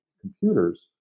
computers